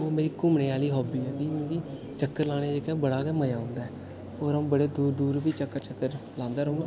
ओह् मेरी घूमने आह्ली हाबी ऐ मिगी चक्कर लाने जेह्का बड़ा गै मजा औंदा ऐ और अ'उं बड़े दूर दूर बी चक्कर लांदा रौंह्दा